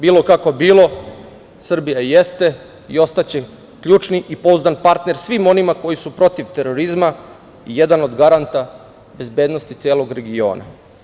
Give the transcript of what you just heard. Bilo kako bilo, Srbija jeste i ostaće ključni i pouzdan partner svima onima koji su protiv terorizma i jedan od garanta bezbednosti celog regiona.